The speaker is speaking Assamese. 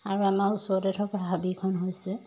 আৰু আমাৰ ওচৰতে থকা হাবিখন হৈছে